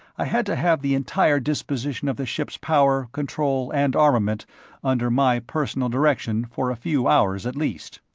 i had to have the entire disposition of the ship's power, control, and armament under my personal direction for a few hours at least.